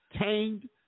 tamed